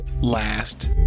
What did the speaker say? last